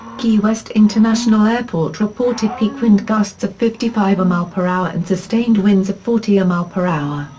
key west international airport reported peak wind gusts of fifty five mph and sustained winds of forty mph,